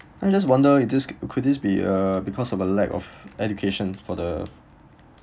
I just wonder if this could this be uh because of a lack of education for the